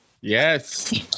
Yes